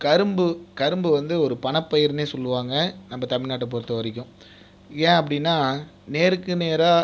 கரும்பு கரும்பு வந்து ஒரு பண பயிருன்னே சொல்வாங்க நம்ம தமிழ்நாட்டை பொறுத்த வரைக்கும் ஏன் அப்படின்னா நேருக்கு நேராக